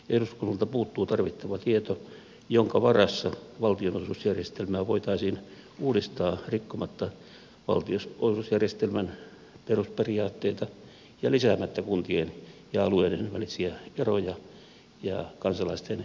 eduskunnalta puuttuu tarvittava tieto jonka varassa valtionosuusjärjestelmää voitaisiin uudistaa rikkomatta valtionosuusjärjestelmän perusperiaatteita ja lisäämättä kuntien ja alueiden välisiä eroja ja kansalaisten eriarvoisuutta